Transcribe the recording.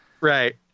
Right